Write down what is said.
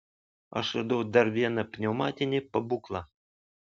aš radau dar vieną pneumatinį pabūklą